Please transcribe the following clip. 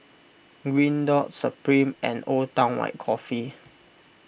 Green Dot Supreme and Old Town White Coffee